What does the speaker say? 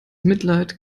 mitleid